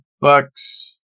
bucks